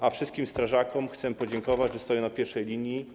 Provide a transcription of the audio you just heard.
A wszystkim strażakom chcę podziękować, że stoją na pierwszej linii.